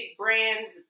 brands